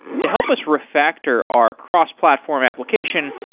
to help us refactor our cross-platform application,